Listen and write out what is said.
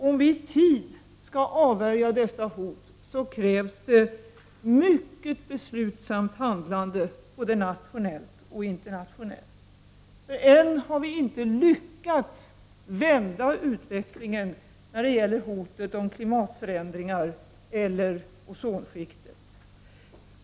Om vi i tid skall avvärja dessa hot, krävs det mycket beslutsamt handlande, både nationellt och internationellt. Än har vi inte lyckats vända utvecklingen när det gäller hotet om klimatförändringar eller mot ozonskiktet.